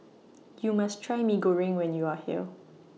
YOU must Try Mee Goreng when YOU Are here